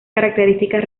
características